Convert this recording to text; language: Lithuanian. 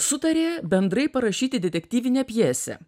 sutarė bendrai parašyti detektyvinę pjesę